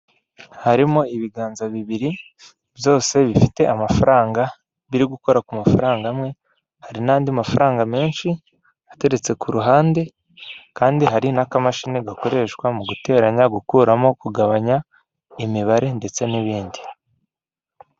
Harimo ibiganza bibiri byose bifite amafaranga biri gukora ku mafaranga amwe, hari n'andi mafaranga menshi ateretse ku ruhande, kandi hari n'akamashini gakoreshwa mu guteranya, gukuramo, kugabanya imibare ndetse n'ibindi.